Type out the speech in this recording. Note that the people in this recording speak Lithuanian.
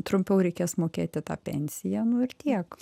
trumpiau reikės mokėti tą pensiją nu ir tiek